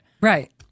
Right